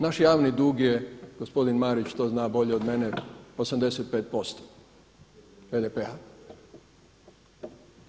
Naš javni dug je, gospodin Marić to zna bolje od mene, 85% BDP-a.